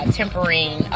tempering